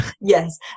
Yes